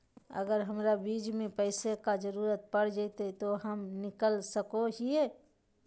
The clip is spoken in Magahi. अगर हमरा बीच में पैसे का जरूरत पड़ जयते तो हम निकल सको हीये